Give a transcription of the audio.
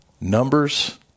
Numbers